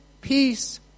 peace